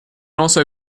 also